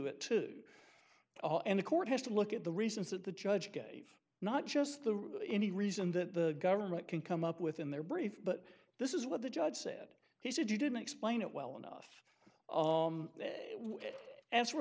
it to all and the court has to look at the reasons that the judge gave not just the any reason that the government can come up with in their brief but this is what the judge said he said you didn't explain it well enough